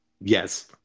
Yes